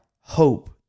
hope